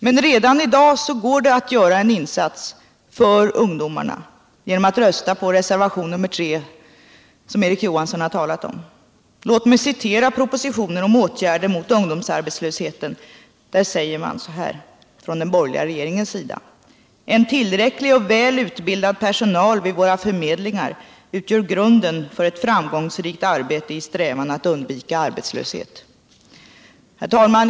Men redan i dag går det att göra en insats för ungdomarna genom att rösta för reservationen 3, som Erik Johansson i Simrishamn har talat om. Låt mig citera ur propositionen om åtgärder mot ungdomsarbetslöshet, där det från den borgerliga regeringens sida sägs: ”En tillräcklig och väl utbildad personal vid våra förmedlingar utgör grunden för ett framgångsrikt arbete i strävan att undvika arbetslöshet.” Herr talman!